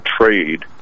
trade